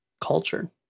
culture